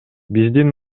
биздин